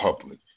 public